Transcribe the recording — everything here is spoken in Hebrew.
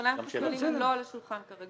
אופניים חשמליים הם לא על השולחן כרגע.